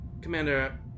commander